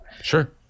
Sure